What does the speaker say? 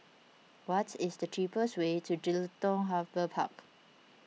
what is the cheapest way to Jelutung Harbour Park